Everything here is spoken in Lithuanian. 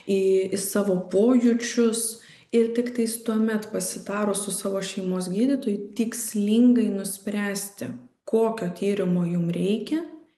į į savo pojūčius ir tiktais tuomet pasitarus su savo šeimos gydytoju tikslingai nuspręsti kokio tyrimo jum reikia